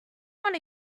want